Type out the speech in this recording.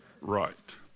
Right